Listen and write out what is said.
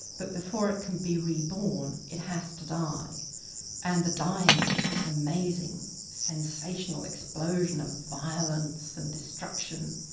but before it can be reborn it has to die and the dying is this amazing sensational explosion of violence and destruction.